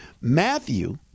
Matthew